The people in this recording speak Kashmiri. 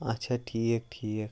آچھا ٹھیٖک ٹھیٖک